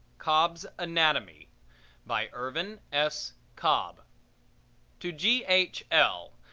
cobb's anatomy by irvin s. cobb to g. h. l.